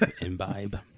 Imbibe